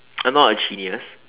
I'm not a genius